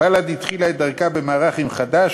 בל"ד התחילה את דרכה במערך עם חד"ש.